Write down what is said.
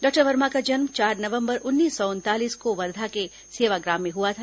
doctor Verma का जन्म चार नवंबर उन्नीस सौ उनतालीस को वर्धा के सेवाग्राम में हुआ था